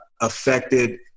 affected